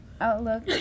outlook